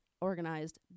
organized